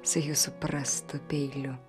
su jūsų prastu peiliu